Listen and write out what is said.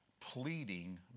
pleading